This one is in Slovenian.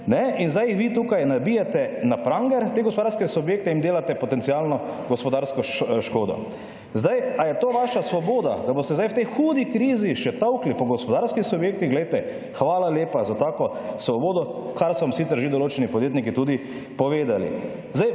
in zdaj vi tukaj nabijate na »pranger«, te gospodarske subjekte in delate potencialno gospodarsko škodo. Zdaj, ali je to vaša svoboda, da boste zdaj v teh hudi krizi še tolkli po gospodarskih subjektih, glejte, hvala lepa za tako svobodo, kar so vam sicer že določeni podjetniki tudi povedali.